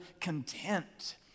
content